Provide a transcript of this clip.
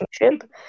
relationship